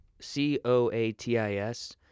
C-O-A-T-I-S